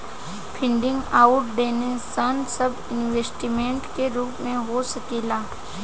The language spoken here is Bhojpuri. फंडिंग अउर डोनेशन सब इन्वेस्टमेंट के रूप में हो सकेला